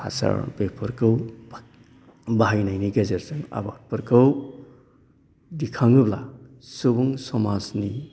हासार बेफोरखौ बाहायनायनि गेजेरजों आबादफोरखौ दिखाङोब्ला सुबुं समाजनि